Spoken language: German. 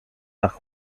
nach